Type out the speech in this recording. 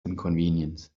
inconvenience